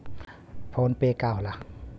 PhonePe का होला?